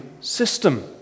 system